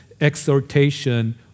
exhortation